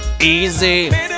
Easy